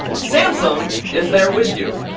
samsung is there with you.